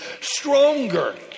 stronger